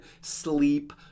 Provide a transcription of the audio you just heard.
sleep